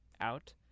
out